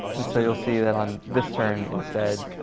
and so you'll see that on this turn instead,